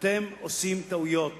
אתם עושים טעויות